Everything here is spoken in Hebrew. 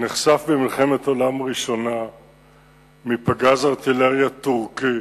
נחשף במלחמת העולם הראשונה לאחר שפגז ארטילריה טורקי